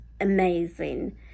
amazing